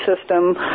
system